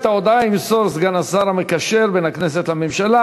את ההודעה ימסור סגן השר המקשר בין הכנסת לממשלה,